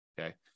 okay